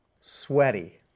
sweaty